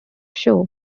show